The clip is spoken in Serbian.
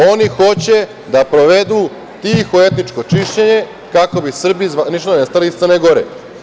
Oni hoće da provedu tiho etičko čišćenje kako bi Srbi zvanično nestali iz Crne Gore.